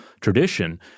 tradition